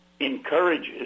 encourages